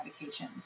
medications